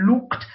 looked